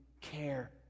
care